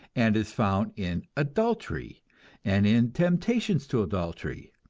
and is found in adultery and in temptations to adultery,